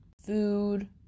food